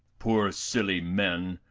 poor silly men,